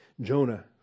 Jonah